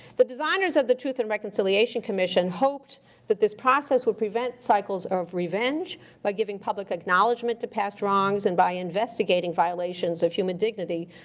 the designers of the truth and reconciliation commission hoped that this process would prevent cycles of revenge by giving public acknowledgment to past wrongs and by investigating violations of human dignity,